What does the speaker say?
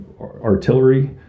artillery